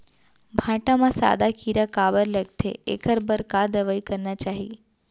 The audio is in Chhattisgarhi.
भांटा म सादा कीरा काबर लगथे एखर बर का दवई करना चाही?